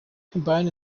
combined